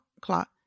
clot